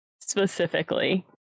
Specifically